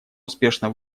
успешно